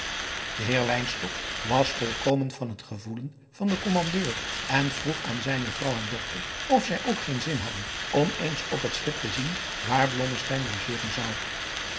de heer wynstok was volkomen van het gevoelen van den kommandeur en vroeg aan zijne vrouw en dochter of zij ook geen zin hadden om eens op het schip te zien waar blommesteyn logeren zou